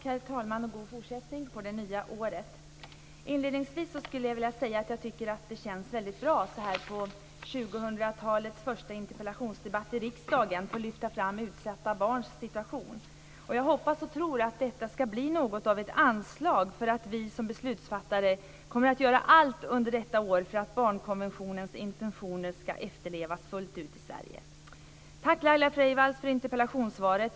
Herr talman! God fortsättning på det nya året! Inledningsvis vill jag säga att jag tycker att det känns väldigt bra att så här på 2000-talets första interpellationsdebatt i riksdagen få lyfta fram utsatta barns situation. Jag hoppas och tror att detta ska bli något av ett anslag för att vi som beslutsfattare kommer att göra allt under det här året för att barnkonventionens intentioner ska efterlevas fullt ut i Sverige.